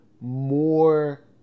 more